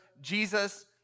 Jesus